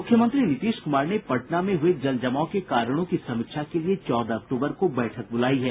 मुख्यमंत्री नीतीश कुमार ने पटना में हुए जल जमाव के कारणों की समीक्षा के लिये चौदह अक्टूबर को बैठक बुलायी है